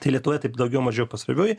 tai lietuvoje taip daugiau mažiau pasroviui